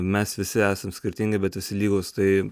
mes visi esam skirtingi bet visi lygūs tai